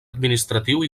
administratiu